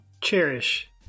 cherish